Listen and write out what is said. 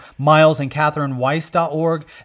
milesandcatherineweiss.org